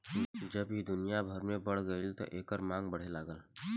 जब ई दुनिया भर में फइल गईल त एकर मांग बढ़े लागल